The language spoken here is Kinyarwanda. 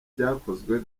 byakozwe